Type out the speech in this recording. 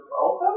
welcome